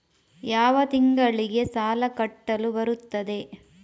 ಯಾವ ತಿಂಗಳಿಗೆ ಸಾಲ ಕಟ್ಟಲು ಬರುತ್ತದೆ?